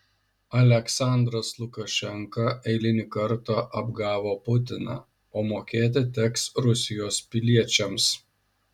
aliaksandras lukašenka eilinį kartą apgavo putiną o mokėti teks rusijos piliečiams